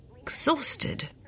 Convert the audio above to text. exhausted